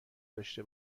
داشته